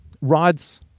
Rod's